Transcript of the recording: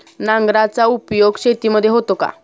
नांगराचा उपयोग शेतीमध्ये होतो का?